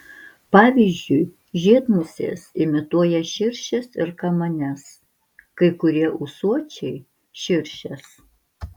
pavyzdžiui žiedmusės imituoja širšes ir kamanes kai kurie ūsuočiai širšes